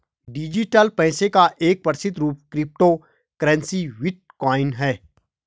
digital पैसे का एक प्रसिद्ध रूप क्रिप्टो करेंसी बिटकॉइन है